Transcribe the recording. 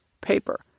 paper